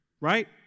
Right